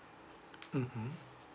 mmhmm